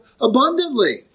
abundantly